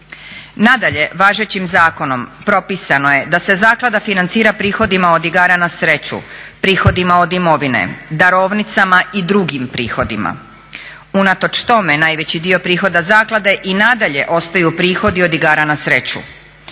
Nadalje, važećim zakonom propisano je da se zaklada financira prihodima od igara na sreću, prihodima od imovine, darovnicama i drugim prihodima. Unatoč tome najveći dio prihoda zaklade i nadalje ostaju prihodi od igara na sreću.